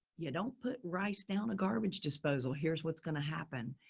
yeah, don't put rice down a garbage disposal. here's what's going to happen.